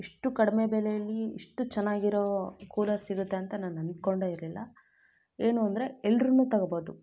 ಇಷ್ಟು ಕಡಿಮೆ ಬೆಲೆಯಲ್ಲಿ ಇಷ್ಟು ಚೆನ್ನಾಗಿರೋ ಕೂಲರ್ ಸಿಗುತ್ತೆ ಅಂತ ನಾನು ಅಂದ್ಕೊಂಡೆ ಇರಲಿಲ್ಲ ಏನು ಅಂದರೆ ಎಲ್ಲರೂ ತೊಗೊಳ್ಬಹುದು